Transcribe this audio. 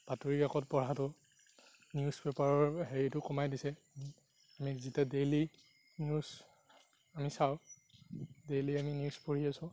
বাতৰি কাকত পঢ়াটো নিউজ পেপাৰৰ হেৰিটো কমাই দিছে আমি যেতিয়া ডেইলী নিউজ আমি চাওঁ ডেইলী আমি নিউজ পঢ়ি আছোঁ